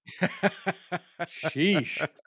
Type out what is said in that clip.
Sheesh